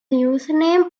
username